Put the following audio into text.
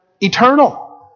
eternal